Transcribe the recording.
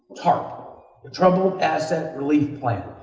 tarp the troubled asset relief plan,